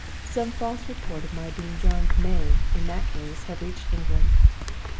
some false report of my being drowned may, in that case, have reached england.